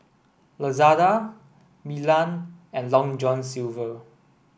Lazada Milan and Long John Silver